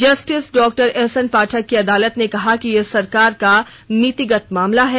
justice डॉ S N Pathak की अदालत ने कहा कि यह सरकार का नीतिगत मामला है